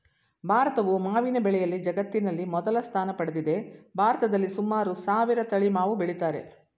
ಭಾರತವು ಮಾವಿನ ಬೆಳೆಯಲ್ಲಿ ಜಗತ್ತಿನಲ್ಲಿ ಮೊದಲ ಸ್ಥಾನ ಪಡೆದಿದೆ ಭಾರತದಲ್ಲಿ ಸುಮಾರು ಸಾವಿರ ತಳಿ ಮಾವು ಬೆಳಿತಾರೆ